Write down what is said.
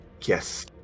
Yes